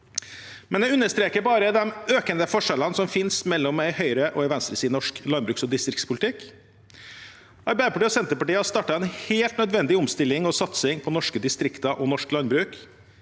men det understreker bare de økende forskjellene som finnes mellom en høyre- og en venstreside i norsk landbruks- og distriktspolitikk. Arbeiderpartiet og Senterpartiet har startet en helt nødvendig omstilling og satsing på norske distrikter og norsk landbruk.